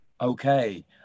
okay